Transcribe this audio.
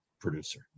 producer